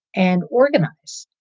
and organize,